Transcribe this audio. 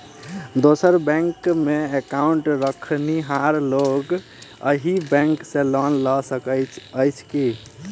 दोसर बैंकमे एकाउन्ट रखनिहार लोक अहि बैंक सँ लोन लऽ सकैत अछि की?